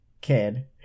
kid